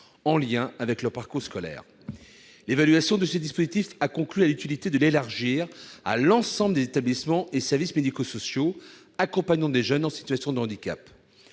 en lien avec leurs parcours scolaires. L'évaluation de ce dispositif a conclu à l'utilité de l'élargir à l'ensemble des établissements et services médico-sociaux accompagnant des jeunes en situation de handicap.